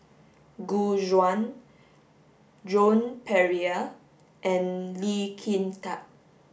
Gu Juan Joan Pereira and Lee Kin Tat